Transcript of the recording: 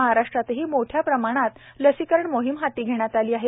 महाराष्ट्रातही मोठ्या प्रमाणात लसीकरण मोहिम हाती घेण्यात आलेली आहे